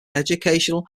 educational